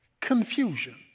confusion